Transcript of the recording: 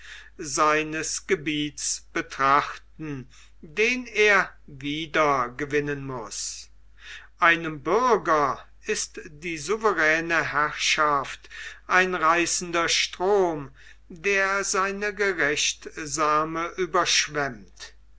seines gebiets betrachten den er wieder gewinnen muß einem bürger ist die souveräne herrschaft ein reißender strom der seine gerechtsame überschwemmt